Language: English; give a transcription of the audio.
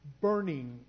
burning